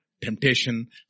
temptation